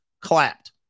clapped